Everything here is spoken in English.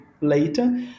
later